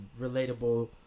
relatable